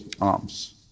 arms